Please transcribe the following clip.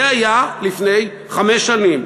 זה היה לפני חמש שנים.